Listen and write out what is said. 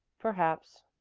perhaps,